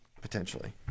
potentially